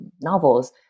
novels